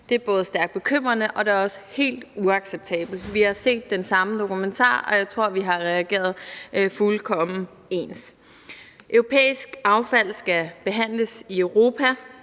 Det er stærkt bekymrende, og det er også helt uacceptabelt. Vi har set den samme dokumentar, og jeg tror, vi har reageret fuldkommen ens. Europæisk affald skal behandles i Europa.